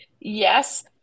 yes